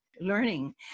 learning